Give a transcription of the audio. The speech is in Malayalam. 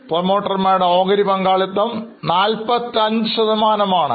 പ്രൊമോട്ടർമാരുടെ ഓഹരി പങ്കാളിത്തം 45 ആണ്